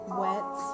wet